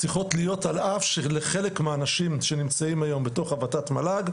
צריכות להיות על אף שלחלק מהאנשים שנמצאים היום בתוך ה-ות"ת מל"ג.